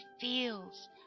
feels